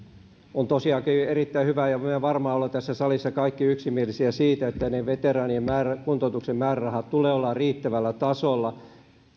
on tosiaankin erittäin hyvä ja varmaan olemme tässä salissa kaikki yksimielisiä siitä että niiden veteraanien kuntoutuksen määrärahojen tulee olla riittävällä tasolla